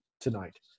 tonight